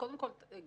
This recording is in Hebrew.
קודם כל הגיוני